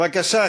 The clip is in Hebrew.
בבקשה,